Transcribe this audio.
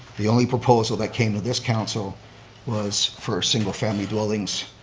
the only proposal that came to this council was for single-family dwellings,